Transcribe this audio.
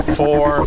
four